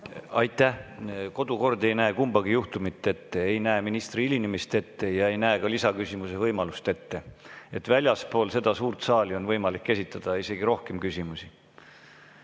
Aitäh! Kodukord ei näe kumbagi juhtumit ette: ei näe ministri hilinemist ette ja ei näe ka lisaküsimuse võimalust ette. Väljaspool seda suurt saali on võimalik esitada isegi rohkem küsimusi.